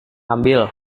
ambil